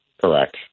Correct